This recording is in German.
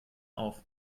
auf